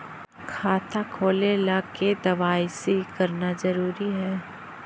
खाता खोले ला के दवाई सी करना जरूरी है?